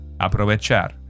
aprovechar